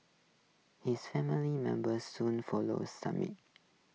his family members soon followed